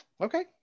Okay